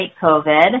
COVID